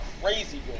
crazy